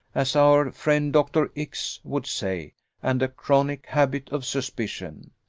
as our friend dr. x would say and a chronic habit of suspicion.